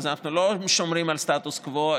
אז אנחנו לא שומרים על סטטוס קוו,